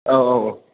औ औ औ